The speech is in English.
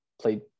Played